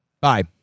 bye